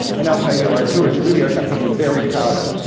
and i'll tell you, our tours really are something we're very proud of.